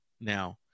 now